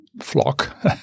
flock